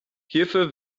hierfür